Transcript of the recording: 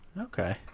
Okay